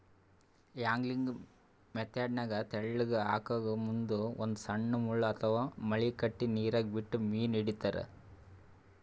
angling ಮೆಥೆಡ್ನಾಗ್ ತೆಳ್ಳಗ್ ಹಗ್ಗಕ್ಕ್ ಮುಂದ್ ಒಂದ್ ಸಣ್ಣ್ ಮುಳ್ಳ ಅಥವಾ ಮಳಿ ಕಟ್ಟಿ ನೀರಾಗ ಬಿಟ್ಟು ಮೀನ್ ಹಿಡಿತಾರ್